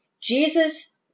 Jesus